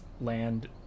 land